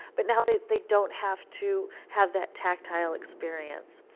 but now they they don't have to have that tactile experience.